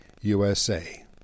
USA